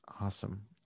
Awesome